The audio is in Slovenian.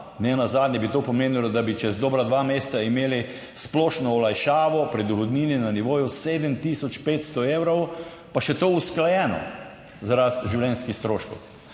nenazadnje bi to pomenilo, da bi čez dobra dva meseca imeli splošno olajšavo pri dohodnini na nivoju 7 tisoč 500 evrov, pa še to usklajeno za rast življenjskih stroškov,